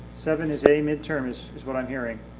seven is a, midterm is is what i'm hearing.